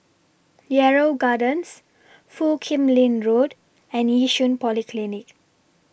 Yarrow Gardens Foo Kim Lin Road and Yishun Polyclinic